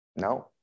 No